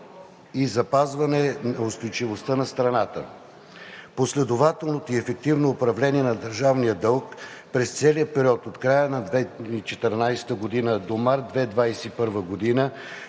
и запазване устойчивостта на страната. Последователното и ефективно управление на държавния дълг през целия период – от края на 2014 г. до март 2021 г.,